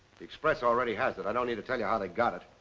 the express already has it, i don't need to tell you how they got it.